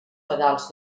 pedals